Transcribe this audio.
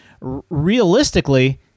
realistically